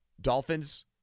Dolphins